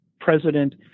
President